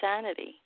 sanity